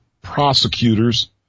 prosecutors